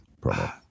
Promo